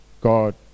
God